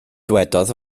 dywedodd